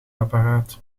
apparaat